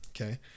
Okay